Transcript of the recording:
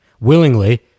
willingly